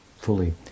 fully